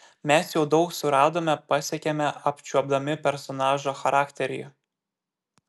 mes jau daug suradome pasiekėme apčiuopdami personažo charakterį